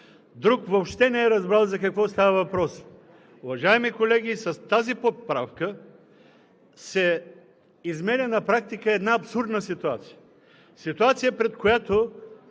друг въобще не е разбрал за какво става въпрос! Уважаеми колеги, с тази поправка се изменя на практика една абсурдна ситуация – ситуация, пред която